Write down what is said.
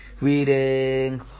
reading